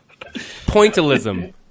Pointillism